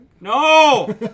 No